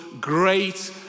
great